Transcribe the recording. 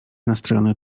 nastrojony